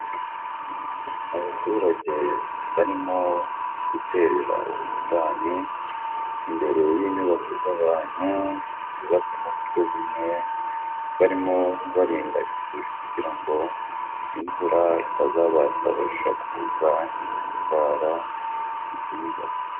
Abaturage barimo guterera ubusitani imbere y'inyubako z'abantu, zubatse mu buryo bumwe barimo barinda isuri kugirango imvura itazabasasha kuza igatwara inzu, inyubako.